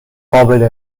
قابل